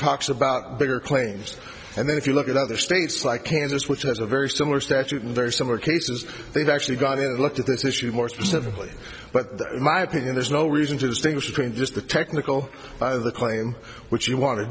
talks of bigger claims and then if you look at other states like kansas which has a very similar statute in very similar cases they've actually got it looked at this issue more specifically but in my opinion there's no reason to distinguish between just the technical by the claim which you want to